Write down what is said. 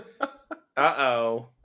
uh-oh